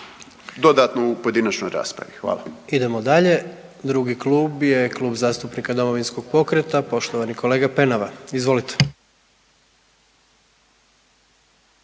**Jandroković, Gordan (HDZ)** Idemo dalje. Drugi klub je Klub zastupnika Domovinskog pokreta, poštovani kolega Penava, izvolite.